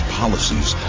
policies